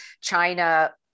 China